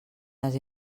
les